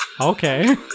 Okay